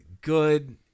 good